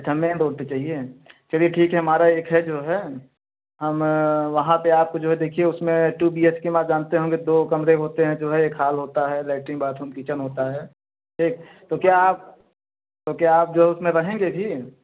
अच्छा main road पर चाहिए चलिए ठीक है हमारा एक है जो है हम वहाँ पर आपको जो है देखिए उसमें टू बी एच के आप जानते होंगे दो कमरे होते हैं जो एक हाल होता है लैट्रिन बाथरूम किचन होता है ठीक तो क्या आप तो क्या आप उसमें रहेंगे भी